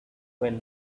when